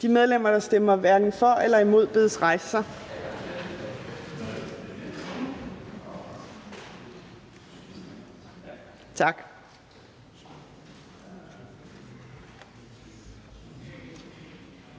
De medlemmer, der stemmer hverken for eller imod, bedes rejse sig. Tak.